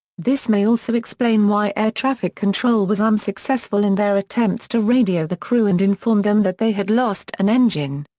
this may also explain why air traffic control was unsuccessful in their attempts to radio the crew and inform them that they had lost an engine.